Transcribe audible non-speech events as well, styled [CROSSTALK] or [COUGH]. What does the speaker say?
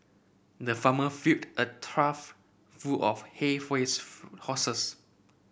the farmer filled a trough full of hay for his [UNINTELLIGIBLE] horses